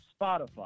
Spotify